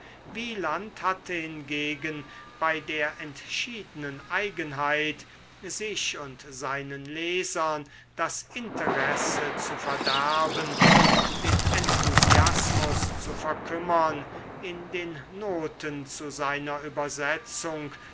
wieland hatte hingegen bei der entschiedenen eigenheit sich und seinen lesern das interesse zu verderben und den enthusiasmus zu verkümmern in den noten zu seiner übersetzung